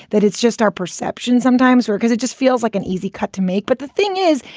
that it's just our perception sometimes because it just feels like an easy cut to make. but the thing is,